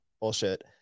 bullshit